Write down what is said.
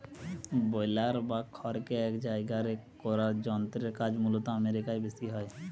বেলার বা খড়কে এক জায়গারে করার যন্ত্রের কাজ মূলতঃ আমেরিকায় বেশি হয়